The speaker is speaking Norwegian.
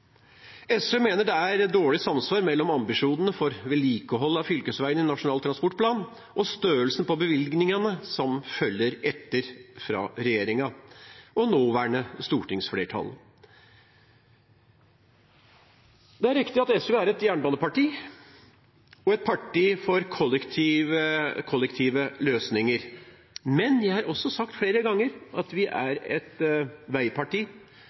SV mener det er dårlig samsvar mellom ambisjonene for vedlikehold av fylkesveiene i Nasjonal transportplan og størrelsen på bevilgningene som følger etter fra regjeringen og nåværende stortingsflertall. Det er riktig at SV er et jernbaneparti og et parti for kollektive løsninger, men jeg har også sagt flere ganger at vi er et veiparti,